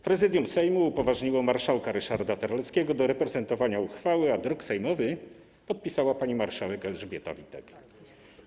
Prezydium Sejmu upoważniło marszałka Ryszarda Terleckiego do prezentowania uchwały, a druk sejmowy podpisała pani marszałek Elżbieta Witek.